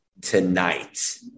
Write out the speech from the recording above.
tonight